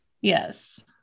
Yes